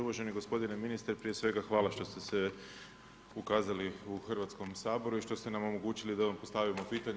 Uvaženi gospodine ministre, prije svega hvala što ste se ukazali u Hrvatskom saboru i što ste nam omogućili da vam postavimo pitanja.